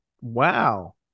Wow